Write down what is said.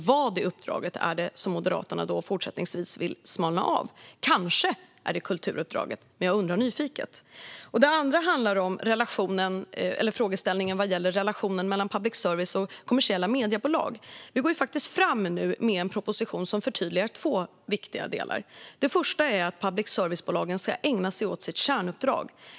Vad i uppdraget är det som Moderaterna fortsättningsvis vill smalna av? Kanske är det kulturuppdraget - jag undrar nyfiket. Sedan handlar det om frågeställningen vad gäller relationen mellan public service och kommersiella mediebolag. Vi går faktiskt fram nu med en proposition som förtydligar två viktiga delar. Den första är att public service-bolagen ska ägna sig åt sitt kärnuppdrag.